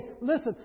listen